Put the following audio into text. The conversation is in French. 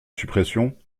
suppression